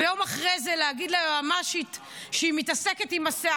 ויום אחרי זה להגיד ליועמ"שית שהיא מתעסקת עם השיער,